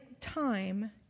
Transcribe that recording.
time